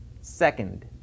Second